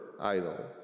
idol